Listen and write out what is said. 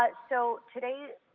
ah so, today,